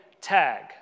tag